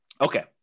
Okay